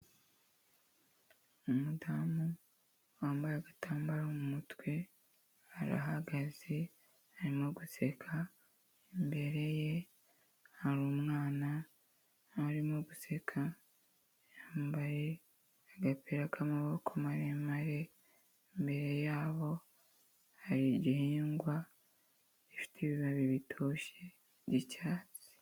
Umudamu wambaye agatambaro mu mutwe arahagaze arimo guseka, imbere ye hari umwana nawe urimo guseka, yambaye agapira k'amaboko maremare, imbere yabo hari igihingwa gifite ibibabi bitoshye by'icyatsi.